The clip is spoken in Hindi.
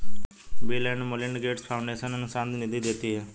bill and Melinda Gates foundation अनुसंधान निधि देती है